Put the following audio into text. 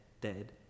dead